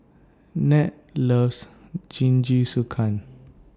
Ned loves Jingisukan